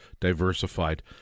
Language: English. diversified